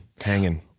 Hanging